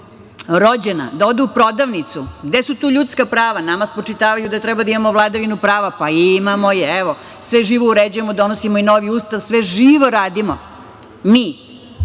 tamo rođena da ode u prodavnicu. Gde su tu ljudska prava. Nama spočitavaju da treba da imamo vladavinu prava. Pa, imamo je. Evo, sve živo uređujemo, donosimo i novi Ustav, sve živo radimo. Mi,